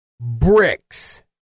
bricks